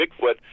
Bigfoot